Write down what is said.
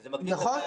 רשויות,